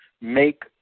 make